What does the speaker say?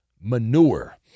manure